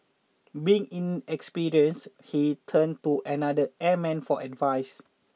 being inexperienced he turned to another airman for advice